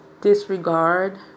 disregard